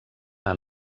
han